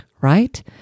right